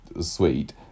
sweet